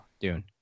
Dune